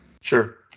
Sure